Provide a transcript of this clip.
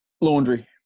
Laundry